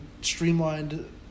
streamlined